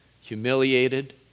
humiliated